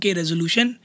resolution